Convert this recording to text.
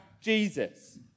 Jesus